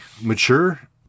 mature